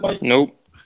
nope